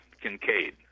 Kincaid